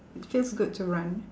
feels good to run